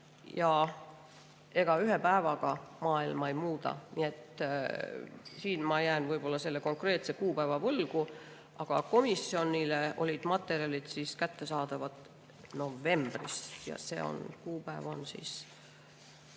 Ega ühe päevaga maailma ei muuda. Nii et siin ma jään selle konkreetse kuupäeva võlgu, aga komisjonile olid materjalid kättesaadavad novembris. Ja see kuupäev on ...